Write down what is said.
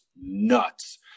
nuts